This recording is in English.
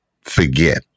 forget